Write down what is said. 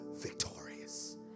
victorious